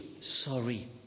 sorry